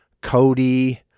Cody